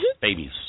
babies